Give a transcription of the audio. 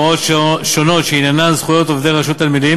הוראות שונות שעניינן זכויות עובדי רשות הנמלים